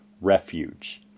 Refuge